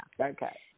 Okay